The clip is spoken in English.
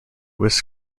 was